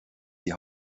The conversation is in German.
die